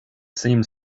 seemed